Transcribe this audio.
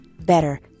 better